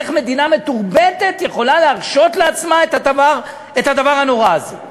איך מדינה מתורבתת יכולה להרשות לעצמה את הדבר הנורא הזה?